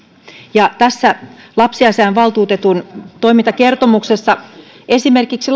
ja tässä lapsiasiainvaltuutetun toimintakertomuksessa esimerkiksi